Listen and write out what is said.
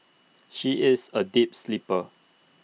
she is A deep sleeper